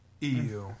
EU